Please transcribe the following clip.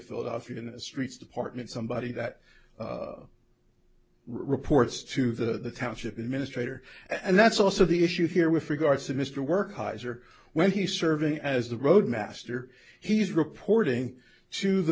philadelphia in the streets department somebody that reports to the township administrator and that's also the issue here with regard to mr work hisor when he's serving as the roadmaster he's reporting to the